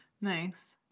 Nice